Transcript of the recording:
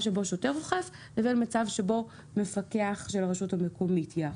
שבו שוטר אוכף לבין מצב שבו מפקח של הרשות המקומית יאכוף.